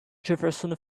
jefferson